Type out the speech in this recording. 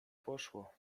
poszło